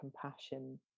compassion